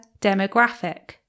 demographic